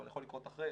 אבל יכול לקרות אחרי,